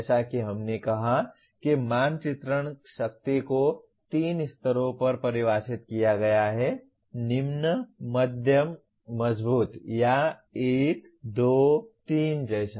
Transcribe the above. जैसा कि हमने कहा कि मानचित्रण शक्ति को 3 स्तरों पर परिभाषित किया गया है निम्न मध्यम मजबूत या 1 2 3 जैसा